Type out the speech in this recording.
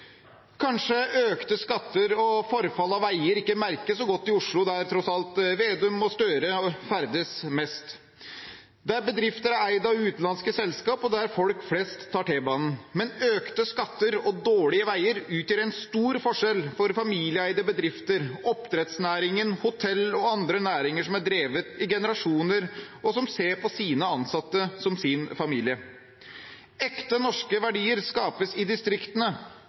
Kanskje merkes ikke økte skatter og forfall av veier så godt i Oslo, der Slagsvold Vedum og Gahr Støre tross alt ferdes mest, der bedrifter er eid av utenlandske selskap, og der folk flest tar T-banen. Men økte skatter og dårlige veier utgjør en stor forskjell for familieeide bedrifter, oppdrettsnæring, hotell og andre næringer som er drevet i generasjoner, og som ser på sine ansatte som sin familie. Ekte norske verdier skapes i distriktene,